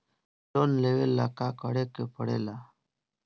Loan लेबे ला का करे के पड़े ला?